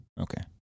Okay